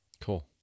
Cool